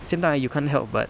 same time ah you can't help but